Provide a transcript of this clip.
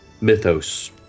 mythos